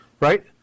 right